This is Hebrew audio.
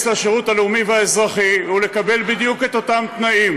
לשירות הלאומי והאזרחי ולקבל בדיוק את אותם תנאים.